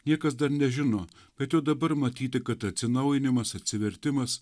niekas dar nežino bet jau dabar matyti kad atsinaujinimas atsivertimas